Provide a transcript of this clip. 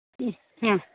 ആ